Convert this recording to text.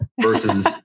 Versus